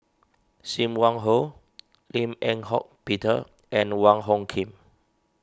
Sim Wong Hoo Lim Eng Hock Peter and Wong Hung Khim